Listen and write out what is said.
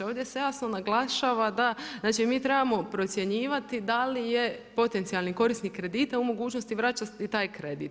Ovdje se jasno naglašava da, znači mi trebamo procjenjivati da li je potencijalni korisnik kredita u mogućnosti vraćati i taj kredit.